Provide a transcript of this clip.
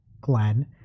Glenn